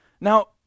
Now